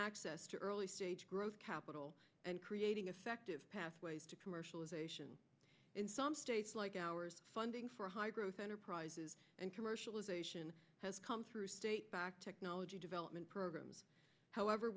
access to early stage growth capital and creating effective pathways to commercialization in some states like ours funding for high growth enterprises and commercialization has come back technology development programs however